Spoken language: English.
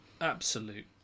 absolute